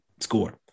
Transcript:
score